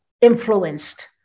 influenced